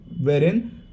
wherein